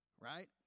Right